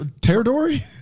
territory